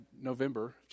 November